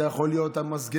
זה יכול להיות המסגר,